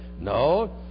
No